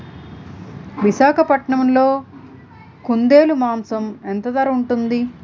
విశాఖపట్నంలో కుందేలు మాంసం ఎంత ధర ఉంటుంది?